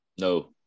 No